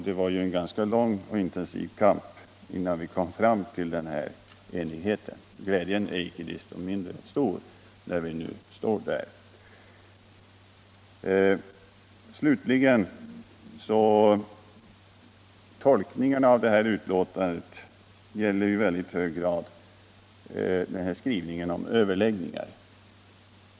Det var en ganska lång och intensiv kamp, innan vi nådde enighet. Glädjen är inte mindre stor, när vi nu står där. Tolkningarna av detta betänkande gäller i väldigt hög grad skrivningen om överläggningar.